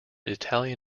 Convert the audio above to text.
italian